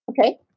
Okay